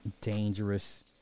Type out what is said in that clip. dangerous